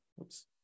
Oops